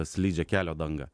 slidžią kelio dangą